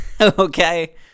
okay